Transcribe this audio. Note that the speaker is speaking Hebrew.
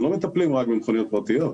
אנחנו לא מטפלים רק במכוניות פרטיות,